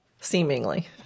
seemingly